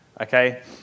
Okay